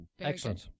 Excellent